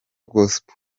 gospel